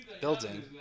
Building